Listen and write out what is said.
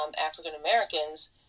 African-Americans